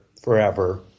forever